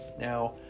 now